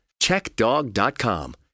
CheckDog.com